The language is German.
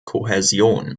kohäsion